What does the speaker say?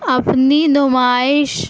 اپنی نمائش